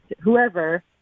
whoever